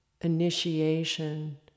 initiation